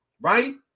right